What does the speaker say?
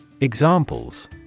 Examples